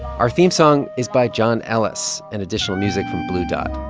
our theme song is by john ellis and additional music from blue dot.